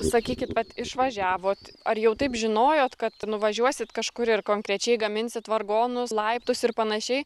sakykit vat išvažiavot ar jau taip žinojot kad nuvažiuosit kažkur ir konkrečiai gaminsit vargonus laiptus ir panašiai